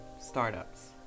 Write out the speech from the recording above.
startups